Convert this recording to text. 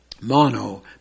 mono